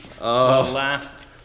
Last